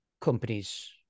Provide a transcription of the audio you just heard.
companies